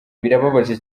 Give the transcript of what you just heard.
birababaje